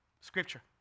scripture